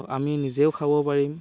আমি নিজেও খাব পাৰিম